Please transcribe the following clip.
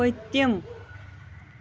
پٔتِم